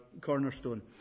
cornerstone